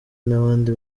n’abandi